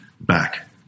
back